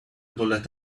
bullet